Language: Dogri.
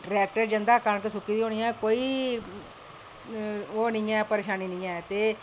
ट्रैक्टर जंदा कनक सुक्की दी होनी कोई ओह् निं ऐ कोई परेशानी निं ऐ ते